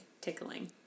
tickling